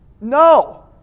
No